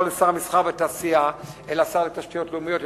לא לשר התעשייה והמסחר אלא לשר התשתיות הלאומיות,